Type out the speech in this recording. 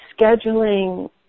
scheduling